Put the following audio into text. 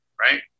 right